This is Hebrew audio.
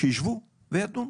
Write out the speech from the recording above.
שישבו וידונו.